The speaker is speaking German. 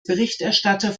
berichterstatter